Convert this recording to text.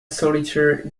solitaire